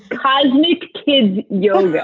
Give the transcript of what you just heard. cosmic kid, your